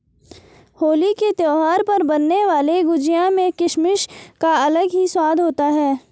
होली के त्यौहार पर बनने वाली गुजिया में किसमिस का अलग ही स्वाद होता है